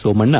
Somanna